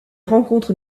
rencontre